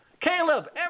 Caleb